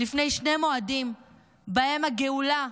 לפני שני מועדים שבהם הגאולה